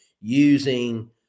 using